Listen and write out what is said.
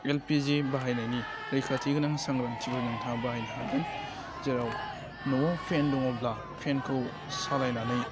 LPG बाहायनायनि रैखाथि गोनां सांग्रांथिखौ नोंथाङा बाहायनो हागोन जेराव न'वाव फेन दङब्ला फेनखौ सालायनानै